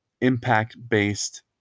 impact-based